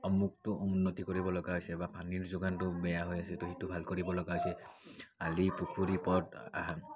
অমুকটো উন্নতি কৰিব লগা আছে বা পানীৰ যোগানটো বেয়া হৈ আছে তো সেইটো ভাল কৰিব লগা আছে আলি পুখুৰী পথ